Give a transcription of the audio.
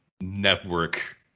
network